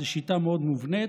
זאת שיטה מאוד מובנית,